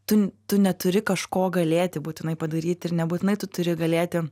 tu tu neturi kažko galėti būtinai padaryti ir nebūtinai tu turi galėti